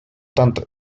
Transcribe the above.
tanto